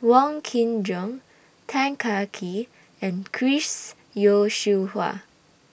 Wong Kin Jong Tan Kah Kee and Chris Yeo Siew Hua